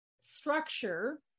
structure